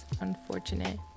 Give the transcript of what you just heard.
unfortunate